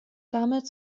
damit